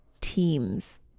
teams